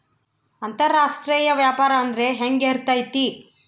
ಅಂತರಾಷ್ಟ್ರೇಯ ವ್ಯಾಪಾರ ಅಂದ್ರೆ ಹೆಂಗಿರ್ತೈತಿ?